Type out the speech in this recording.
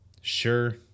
sure